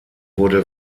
wurde